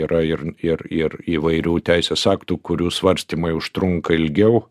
yra ir ir ir įvairių teisės aktų kurių svarstymai užtrunka ilgiau